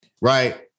right